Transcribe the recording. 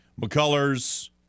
McCullers